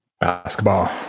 Basketball